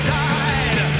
died